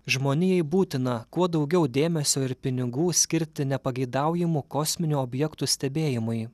žmonijai būtina kuo daugiau dėmesio ir pinigų skirti nepageidaujamų kosminių objektų stebėjimui